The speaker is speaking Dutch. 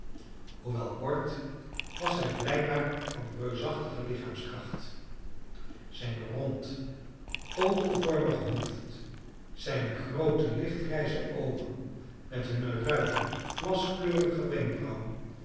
hoewel kort was hij blijkbaar van reusachtige lichaamskracht zijn rond kogelvormig hoofd zijne groote lichtgrijze oogen met hunne ruige vlaskleurige wenkbrauwen